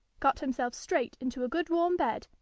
got himself straight into a good warm bed,